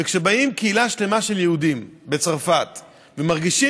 כשבאה קהילה שלמה של יהודים בצרפת ומרגישה